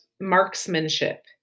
marksmanship